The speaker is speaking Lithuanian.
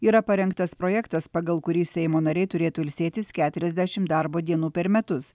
yra parengtas projektas pagal kurį seimo nariai turėtų ilsėtis keturiasdešim darbo dienų per metus